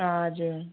हजुर